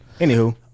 Anywho